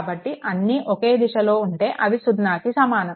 కాబట్టి అన్నీ ఒకే దిశలో ఉంటే అవి సున్నాకి సమానం